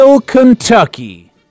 Kentucky